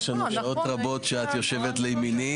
יש לנו שעות רבות שאת יושבת לימיני,